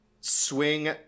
swing